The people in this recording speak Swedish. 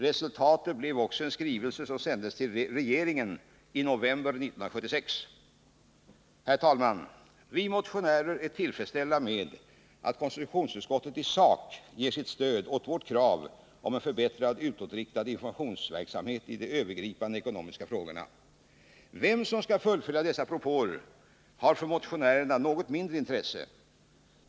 Resultatet blev också en skrivelse som sändes till regeringen i november 1976. Herr talman! Vi motionärer är tillfredsställda med att konstitutionsutskottet i sak ger sitt stöd åt vårt krav om en förbättrad utåtriktad informationsverksamhet i de övergripande ekonomiska frågorna. Vem som skall fullfölja dessa propåer har för motionärerna något mindre intresse.